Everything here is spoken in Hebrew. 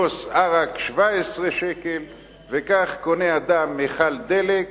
כוס עראק 17 שקל, וכך קונה אדם מכל דלק,